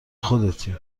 خودتی